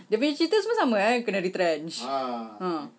dia punya cerita semua sama eh kena retrenched ah